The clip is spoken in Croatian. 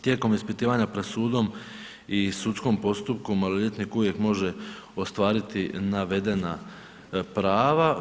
Tijekom ispitivanja pred sudom i sudskom postupku, maloljetnik uvijek može ostvariti navedena prava.